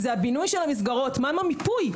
הבינוי של המסגרות מה עם המיפוי?